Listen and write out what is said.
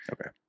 okay